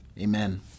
Amen